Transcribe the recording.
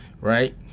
Right